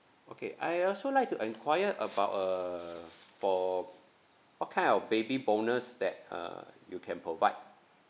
okay I'd also like to enquire about uh bo~ what kind of baby bonus that uh you can provide